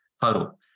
total